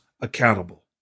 accountable